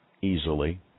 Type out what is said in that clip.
easily